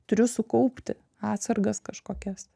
turiu sukaupti atsargas kažkokias